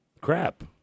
crap